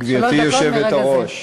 גברתי היושבת-ראש,